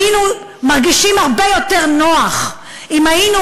היינו מרגישים הרבה יותר נוח אם היינו